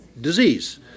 disease